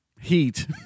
heat